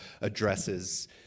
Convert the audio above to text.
addresses